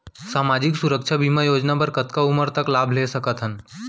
सामाजिक सुरक्षा बीमा योजना बर कतका उमर तक लाभ ले सकथन?